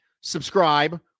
subscribe